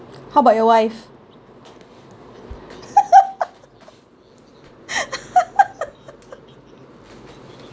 how about your wife